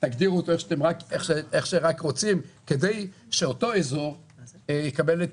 תגדירו אותו איך שרק רוצים כדי שאותו אזור יקבל את